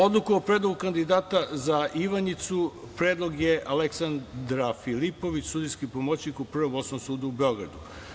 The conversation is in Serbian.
Odluku o predlogu kandidata za Ivanjicu predlog je Aleksandra Filipović, sudijski pomoćnik u Prvom osnovnom sudu u Beogradu.